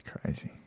Crazy